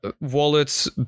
Wallets